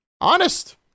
Honest